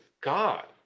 God